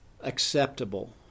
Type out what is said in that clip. acceptable